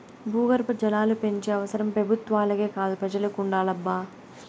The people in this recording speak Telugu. భూగర్భ జలాలు పెంచే అవసరం పెబుత్వాలకే కాదు పెజలకి ఉండాలబ్బా